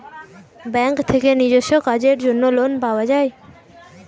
bank থেকে নিজস্ব কাজের জন্য লোন পাওয়া যায়